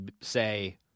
say